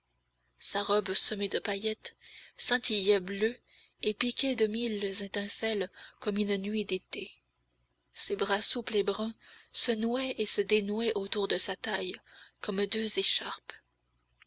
sa robe semée de paillettes scintillait bleue et piquée de mille étincelles comme une nuit d'été ses bras souples et bruns se nouaient et se dénouaient autour de sa taille comme deux écharpes